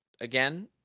again